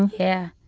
yeah.